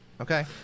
Okay